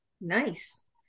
Nice